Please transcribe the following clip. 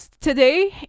today